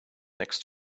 next